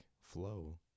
flow